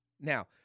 Now